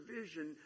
vision